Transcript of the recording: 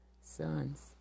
sons